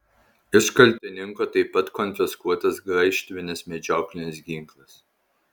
iš kaltininko taip pat konfiskuotas graižtvinis medžioklinis ginklas